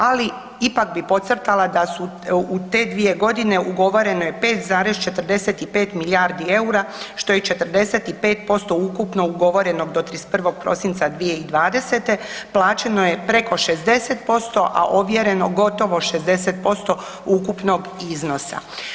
Ali ipak bih podcrtala da su u te dvije godine ugovorene 5,45 milijardi eura što je 45% ukupno ugovoreno do 31. prosinca 2020., plaćeno je preko 60%, a ovjereno gotovo 60% ukupnog iznosa.